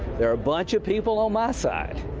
there are a bunch of people on my side.